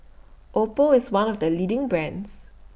Oppo IS one of The leading brands